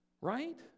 Right